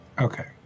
Okay